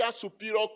superior